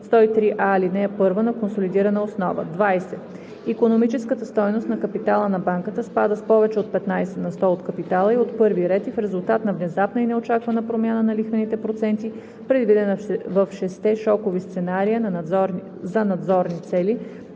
103а, ал. 1 на консолидирана основа; 20. икономическата стойност на капитала на банката спада с повече от 15 на сто от капитала ѝ от първи ред в резултат на внезапна и неочаквана промяна на лихвените проценти, предвидена в шестте шокови сценария за надзорни цели,